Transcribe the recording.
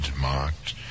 marked